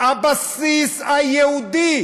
הבסיס היהודי